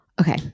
Okay